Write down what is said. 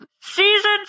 Season